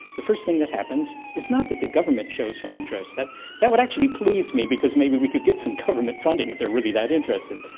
the first thing that happens is not that the government shows some interest, that that would actually please me because maybe we could get some government funding if they are really that interested,